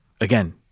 again-